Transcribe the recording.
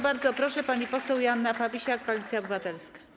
Bardzo proszę, pani poseł Joanna Fabisiak, Koalicja Obywatelska.